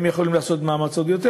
הם יכולים לעשות מאמץ עוד יותר.